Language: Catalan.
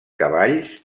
cavalls